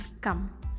come